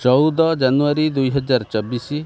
ଚଉଦ ଜାନୁଆରୀ ଦୁଇ ହଜାର ଚବିଶି